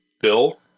bill